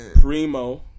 Primo